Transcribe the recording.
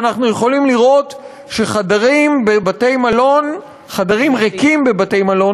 ואנחנו יכולים לראות שחדרים ריקים בבתי-מלון